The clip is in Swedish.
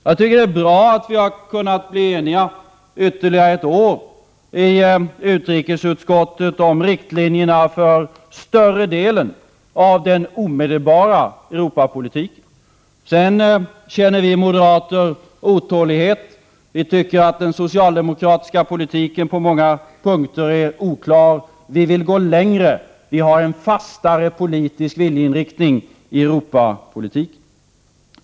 Jag tycker att det är bra att vi i ytterligare ett år i utrikesutskottet har kunnat bli eniga om riktlinjerna för större delen av den omedelbara Europapolitiken. Sedan känner vi moderater otålighet. Vi tycker att den socialdemokratiska politiken på många punkter är oklar. Vi vill gå längre. Vi har en fastare politisk viljeinriktning i Europapolitiken.